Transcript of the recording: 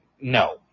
No